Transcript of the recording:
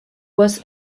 was